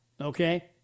Okay